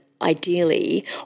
Ideally